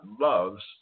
loves